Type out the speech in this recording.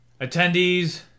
attendees